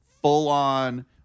full-on